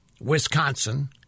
Wisconsin